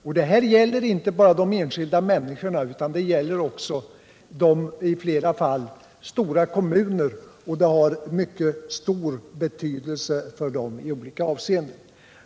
Och det här gäller inte bara de enskilda människorna, utan det gäller i flera fall stora kommuner, och det har mycket stor betydelse för dem i olika avseenden, inte minst ekonomiskt.